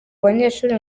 banyeshuri